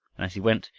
and as he went,